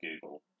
Google